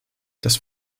das